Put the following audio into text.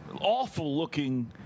awful-looking